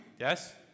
Yes